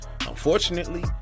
Unfortunately